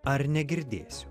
ar negirdėsiu